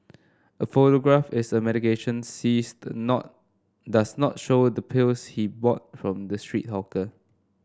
a photograph is a medication seized not does not show the pills he bought from the street hawker